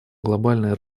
глобальное